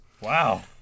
Wow